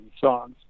songs